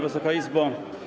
Wysoka Izbo!